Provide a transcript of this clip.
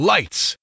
Lights